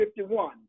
51